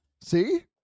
See